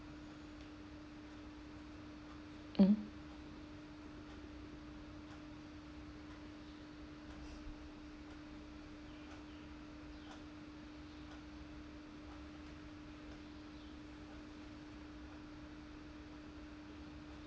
um